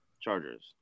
Chargers